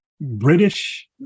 British